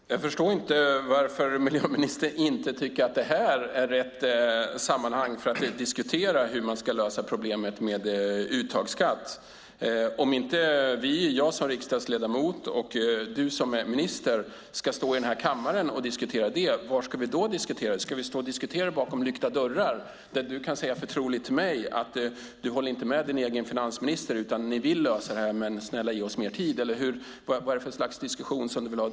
Fru talman! Jag förstår inte varför miljöministern inte tycker att detta är rätt sammanhang att diskutera hur man ska lösa problemet med uttagsskatt. Om inte jag som riksdagsledamot och du som minister ska stå här i kammaren och diskutera det, var ska vi då diskutera frågan? Ska vi diskutera frågan bakom lyckta dörrar, där du förtroligt kan säga till mig att du inte håller med din egen finansminister utan att ni vill lösa detta och säger "Snälla, ge oss mer tid"? Eller vad är det för slags diskussion som du vill ha?